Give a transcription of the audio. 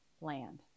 land